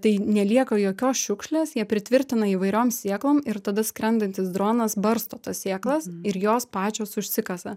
tai nelieka jokios šiukšlės jie pritvirtina įvairiom sėklom ir tada skrendantis dronas barsto tas sėklas ir jos pačios užsikasa